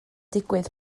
digwydd